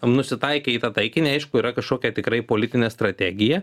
nusitaikė į tą taikinį aišku yra kažkokia tikrai politinė strategija